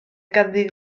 ganddi